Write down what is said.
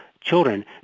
children